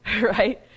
right